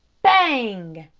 bang!